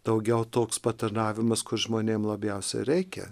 daugiau toks patarnavimas kur žmonėm labiausiai reikia